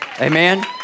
Amen